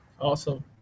Awesome